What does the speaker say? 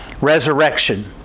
resurrection